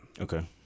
Okay